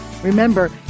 Remember